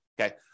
okay